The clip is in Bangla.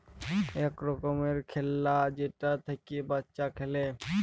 ইক রকমের খেল্লা যেটা থ্যাইকে বাচ্চা খেলে